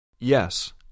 Yes